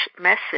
message